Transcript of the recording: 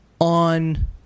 on